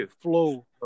flow